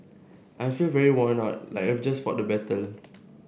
I feel very worn out like I've just fought a battle